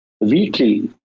weekly